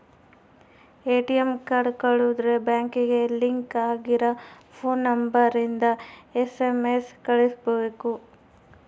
ATM card ಕಳುದ್ರೆ ಬ್ಯಾಂಕಿಗೆ link ಆಗಿರ ಫೋನ್ ನಂಬರ್ ಇಂದ ಎಸ್.ಎಮ್.ಎಸ್ ಕಳ್ಸ್ಬೆಕು